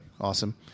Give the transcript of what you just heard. awesome